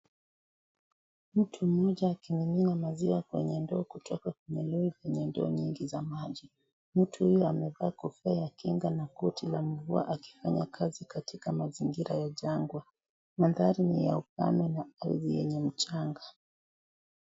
Mtu mmoja akimimina maziwa kwenye ndo kutoka kwenye yenye ndoo nyingi za maji, mtu huyu amevaa kofia la kinga na koti la mvua akifanya kazi katika mazingira ya jangwa, manthari ni ya ukame na pevu yenye mchanga.